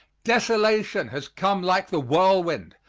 desolation has come like the whirlwind,